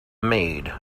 maid